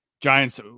Giants